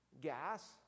Gas